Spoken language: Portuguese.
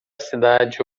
cidade